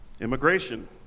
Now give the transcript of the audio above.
immigration